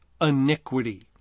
iniquity